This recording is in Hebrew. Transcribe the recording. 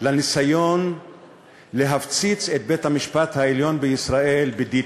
הניסיון להפציץ את בית-המשפט העליון בישראל ב-9D.